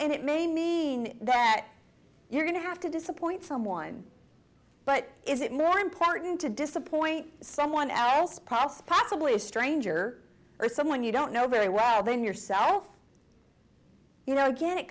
and it may mean that you're going to have to disappoint someone but is it more important to disappoint someone else profs possibly a stranger or someone you don't know very well then yourself you know again it